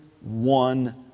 one